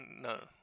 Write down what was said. No